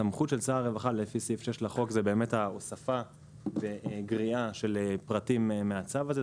הסמכות של שר הרווחה היא הוספה וגריעה של פרטים מהצו הזה.